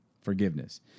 Forgiveness